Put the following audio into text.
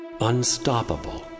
unstoppable